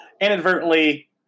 inadvertently